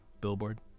billboard